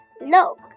look